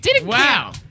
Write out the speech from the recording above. Wow